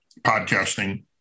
podcasting